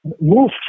move